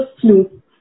flu